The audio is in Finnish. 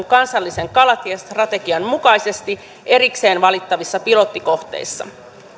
kansallisen kalatiestrategian mukaisesti erikseen valittavissa pilottikohteissa